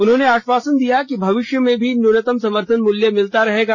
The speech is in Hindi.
उन्होंने आश्वासन दिया कि भविष्य में भी न्यूनतम समर्थन मूल्य मिलता रहेगा